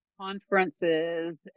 conferences